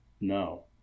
no